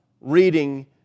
reading